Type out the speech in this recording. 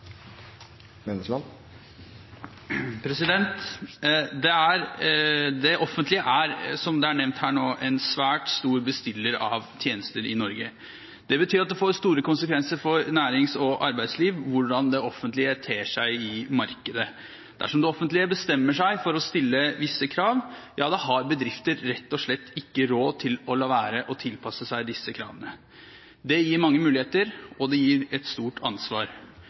Stortinget til hausten. Det offentlige er, som nevnt her, en svært stor bestiller av tjenester i Norge. Det betyr at det får store konsekvenser for nærings- og arbeidsliv hvordan det offentlige ter seg i markedet. Dersom det offentlige bestemmer seg for å stille visse krav, har bedrifter rett og slett ikke råd til å la være å tilpasse seg disse kravene. Det gir mange muligheter, og det gir et stort ansvar.